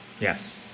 Yes